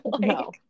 no